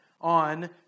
on